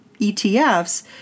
ETFs